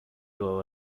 over